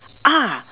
ah